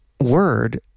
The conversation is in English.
Word